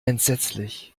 entsetzlich